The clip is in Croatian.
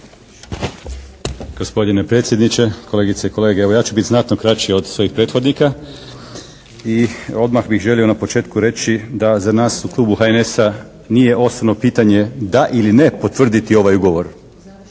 Gospodine predsjedniče, kolegice i kolege! Evo, ja ću biti znatno kraći od svojih prethodnika i odmah bih želio na početku reći da za nas u klubu HNS-a nije osnovno pitanje da ili ne potvrditi ovaj ugovor?